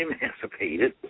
emancipated